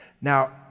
Now